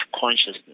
consciousness